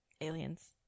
Aliens